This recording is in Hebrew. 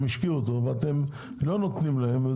הם צריכים אותו ולא נותנים להם.